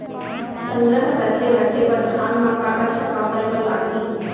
संग्रह करके रखे बर धान मा का का छिड़काव करे बर लागही?